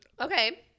Okay